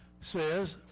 says